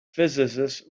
physicist